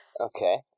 Okay